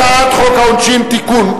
הצעת חוק העונשין (תיקון,